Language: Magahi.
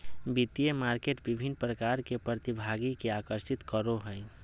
वित्तीय मार्केट विभिन्न प्रकार के प्रतिभागि के आकर्षित करो हइ